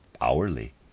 hourly